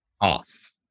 off